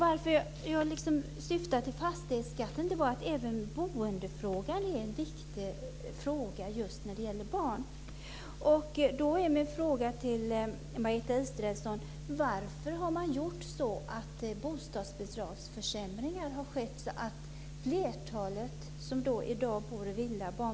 Anledningen till att jag tar upp fastighetsskatten är att även boendet är en viktig fråga just när det gäller barn.